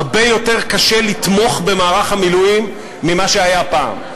הרבה יותר קשה לתמוך במערך המילואים ממה שהיה פעם,